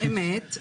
אמת.